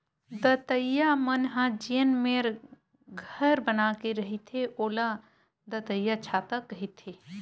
दतइया मन ह जेन मेर घर बना के रहिथे ओला दतइयाछाता कहिथे